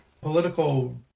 Political